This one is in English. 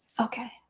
Okay